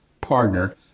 partner